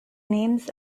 names